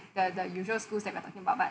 the the usual schools that we're talking about but